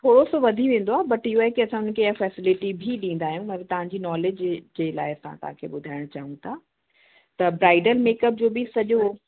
थोरो सो वधी वेंदो आहे बट इहो आहे कि असां उन्हनि खे इहा फ़ैसिलिटी बि ॾींदा आहियूं अगरि तव्हां जी नॉलेज जे जे लाइ असां तव्हां खे ॿुधाइणु चाहूं था त ब्राइडल मेकअप जो बि सॼो